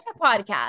podcast